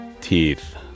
teeth